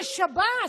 זה שב"ס,